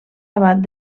abat